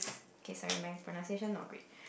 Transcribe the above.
okay sorry my pronunciation not great